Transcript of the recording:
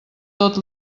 tot